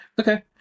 okay